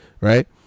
right